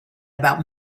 about